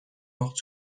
portent